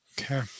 Okay